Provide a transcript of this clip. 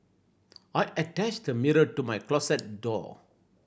I attached a mirror to my closet door